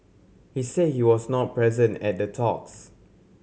he said he was not present at the talks